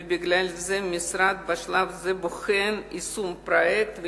ובגלל זה המשרד בשלב זה בוחן את יישום הפרויקט,